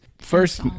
First